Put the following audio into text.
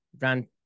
Ran